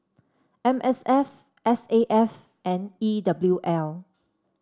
M S F S A F and E W L